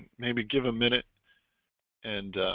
maybe give a minute and